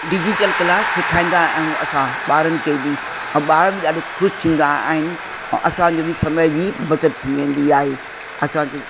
digital कला सिखाईंदा आहियूं असां ॿारनि खे बि ऐं ॿार बि ॾाढो ख़ुशि थींदा आहिनि ऐं असांजो बि समय जी बचति थी वेंदी आहे असांजो